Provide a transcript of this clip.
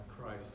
Christ